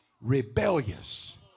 rebellious